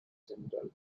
central